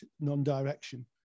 non-direction